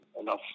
enough